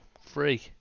free